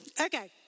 Okay